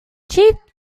cheap